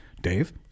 Dave